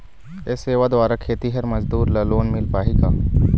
ये सेवा द्वारा खेतीहर मजदूर ला लोन मिल पाही का?